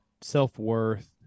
self-worth